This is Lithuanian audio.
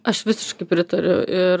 aš visiškai pritariu ir